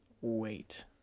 wait